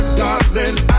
darling